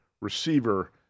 receiver